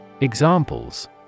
Examples